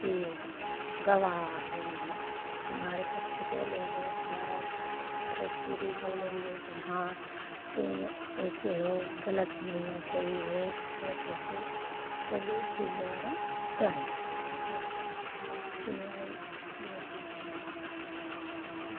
यह गवाह आ गए हैं तुम्हारे पक्ष बोलेंगे तुम्हारा प्रतिनिधी बोलेंगे कि हाँ तुम एसे हो ग़लत नहीं यह सही है क्या कैसे सब इसी द्वारा होता है ऐसा सुनवाई भी होती है